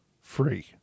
Free